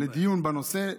לדיון בנושא,